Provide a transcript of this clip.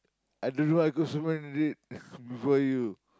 I don't know I go so many date before you